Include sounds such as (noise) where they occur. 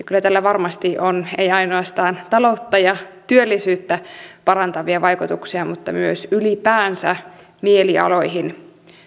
(unintelligible) kyllä tällä varmasti on ei ainoastaan taloutta ja työllisyyttä parantavia vaikutuksia mutta myös ylipäänsä mielialoihin